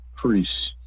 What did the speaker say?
priests